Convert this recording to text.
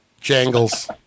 Jangles